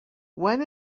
when